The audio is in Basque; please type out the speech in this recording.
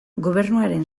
gobernuaren